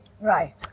Right